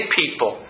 people